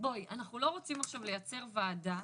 אנחנו לא רוצים עכשיו לייצר ועדה